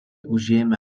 užėmė